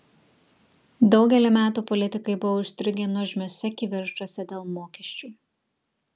daugelį metų politikai buvo užstrigę nuožmiuose kivirčuose dėl mokesčių